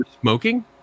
smoking